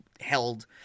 held